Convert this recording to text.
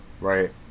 right